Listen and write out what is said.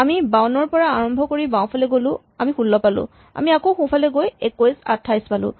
আমি ৫২ ৰ পৰা আৰম্ভ কৰি বাওঁফালে গ'লো আমি ১৬ পালো আমি আকৌ সোঁফালে গৈ ২১ ২৮ পালো